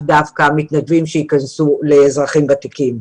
דווקא שהמתנדבים ייכנסו לאזרחים ותיקים.